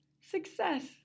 Success